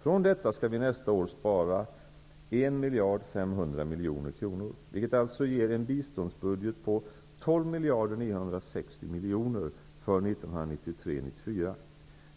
Från detta skall vi nästa år spara 1 500 000 000 kr., vilket alltså ger en biståndsbudget på 12 960 000 000 kr. för 1993/94.